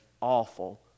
awful